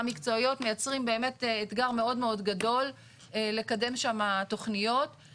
מקצועיות מייצרים באמת אתגר מאוד מאוד גדול לקדם שם תכניות.